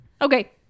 Okay